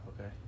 okay